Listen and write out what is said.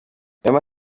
wema